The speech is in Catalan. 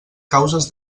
causes